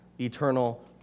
eternal